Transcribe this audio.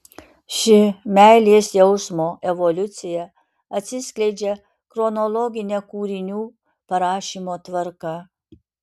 ši meilės jausmo evoliucija atsiskleidžia chronologine kūrinių parašymo tvarka